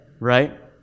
right